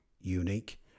unique